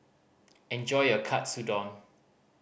enjoy your Katsudon